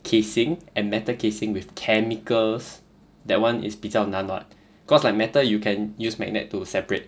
casing and metal casing with chemicals that one is 比较难 [what] cause like metal you can use magnet to separate